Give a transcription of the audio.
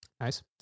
Nice